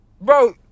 Bro